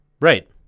Right